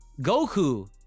Goku